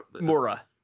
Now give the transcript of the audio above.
Mora